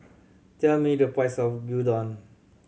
tell me the price of Gyudon